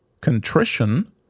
contrition